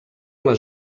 les